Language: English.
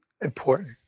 important